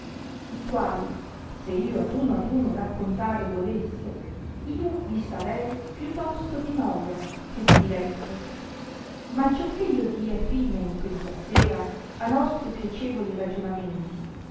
i quali se io ad uno ad uno raccontare volesse io vi sarci più tosto di noia che di diletto ma acciò che io dia fine in questa sera a nostri piacevoli ragionamenti